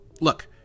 Look